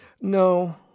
No